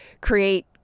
create